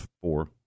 four